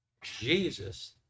Jesus